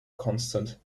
constant